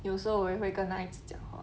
有时候我也会跟男孩子讲话